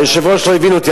היושב-ראש לא הבין אותי.